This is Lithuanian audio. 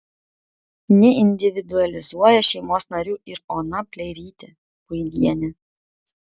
neindividualizuoja šeimos narių ir ona pleirytė puidienė